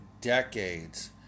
decades